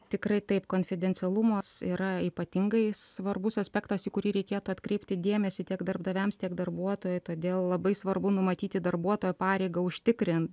tikrai taip konfidencialumas yra ypatingai svarbus aspektas į kurį reikėtų atkreipti dėmesį tiek darbdaviams tiek darbuotojui todėl labai svarbu numatyti darbuotojo pareigą užtikrint